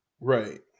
Right